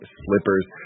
slippers